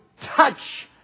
touch